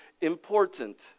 important